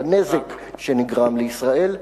לנזק שנגרם לישראל.